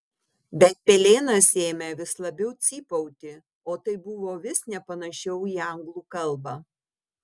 bet pelėnas ėmė vis labiau cypauti o tai buvo vis nepanašiau į anglų kalbą